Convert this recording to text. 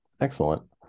Excellent